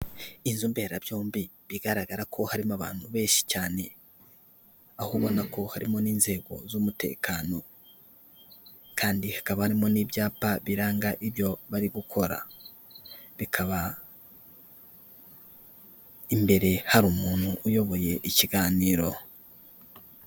Inzu mberabyombi bigaragara ko harimo abantu benshi cyane, aho ubona ko harimo n'inzego z'umutekano kandi hakaba harimo n'ibyapa biranga ibyo bari gukora, bikaba imbere hari umuntu uyoboye ikiganiro.